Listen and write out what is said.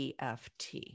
EFT